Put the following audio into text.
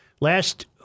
Last